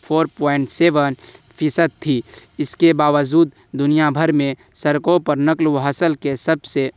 four point seven فیصد تھی اس کے باوجود دنیا بھر میں سڑکوں پر نقل و حمل کے سب سے